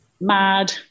mad